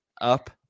up